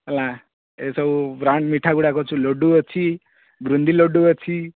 ହେଲା ଏସବୁ ବ୍ରାଣ୍ଡ ମିଠାଗୁଡ଼ାକ ଅଛି ଲଡ଼ୁ ଅଛି ବୁନ୍ଦି ଲଡ଼ୁ ଅଛି